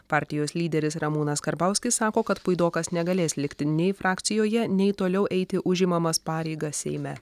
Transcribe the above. partijos lyderis ramūnas karbauskis sako kad puidokas negalės likti nei frakcijoje nei toliau eiti užimamas pareigas seime